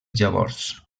llavors